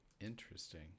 interesting